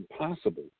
impossible